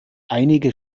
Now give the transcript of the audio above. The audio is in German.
einige